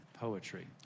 poetry